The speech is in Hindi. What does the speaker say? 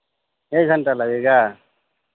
एक घंटा लगेगा